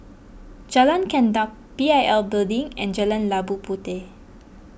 Jalan Gendang P I L Building and Jalan Labu Puteh